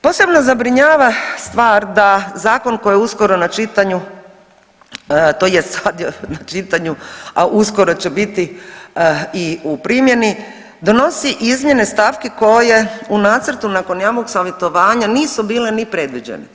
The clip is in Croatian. Posebno zabrinjava stvar da zakon koji je uskoro na čitanju tj. sad je na čitanju, a uskoro će biti i u primjeni donosi izmjene stavki koje u nacrtu nakon javnog savjetovanja nisu bile ni predviđene.